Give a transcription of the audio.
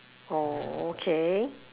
oh okay